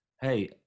Hey